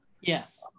Yes